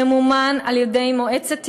שממומן על-ידי מועצת יש"ע,